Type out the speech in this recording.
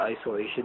isolation